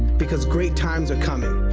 because great times are coming.